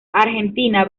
argentina